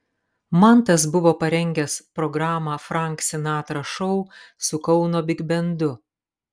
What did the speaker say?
mantas buvo parengęs programą frank sinatra šou su kauno bigbendu